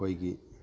ꯑꯩꯈꯣꯏꯒꯤ